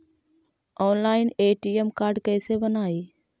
Online ATM card कैसे बनाई?